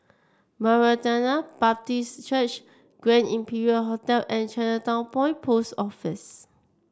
Maranatha Baptist Church Grand Imperial Hotel and Chinatown Point Post Office